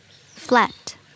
Flat